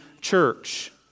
church